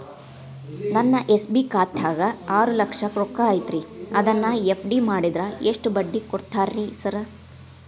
ನನ್ನ ಎಸ್.ಬಿ ಖಾತ್ಯಾಗ ಆರು ಲಕ್ಷ ರೊಕ್ಕ ಐತ್ರಿ ಅದನ್ನ ಎಫ್.ಡಿ ಮಾಡಿದ್ರ ಎಷ್ಟ ಬಡ್ಡಿ ಕೊಡ್ತೇರಿ ಸರ್?